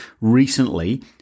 recently